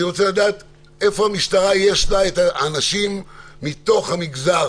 אני רוצה לדעת איפה יש למשטרה את האנשים מתוך המגזר